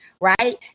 right